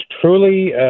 truly